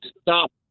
stop